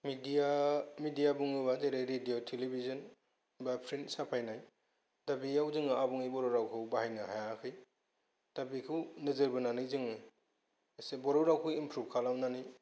media बुङोबा जेरै मिदियायाव टिलिभिजन बा फ्रिन्थ साफायनाय दा बेयाव जोङो आबुङै बर' रावखौ बाहायनो हायाखै दा बिखौ जों नोजोर बोनानै जों इसे बर' रावखौ इमफ्रुब खालामनानै